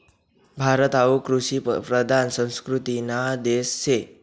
भारत हावू कृषिप्रधान संस्कृतीना देश शे